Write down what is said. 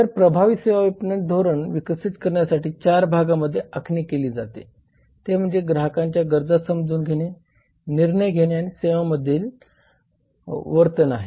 तर प्रभावी सेवा विपणन धोरण विकसित करण्यासाठी 4 भागांमध्ये आखणी केली जाते ते म्हणजे ग्राहकांच्या गरजा समजून घेणे निर्णय घेणे आणि सेवा देण्यामधील वर्तन आहेत